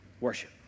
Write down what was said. worship